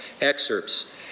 excerpts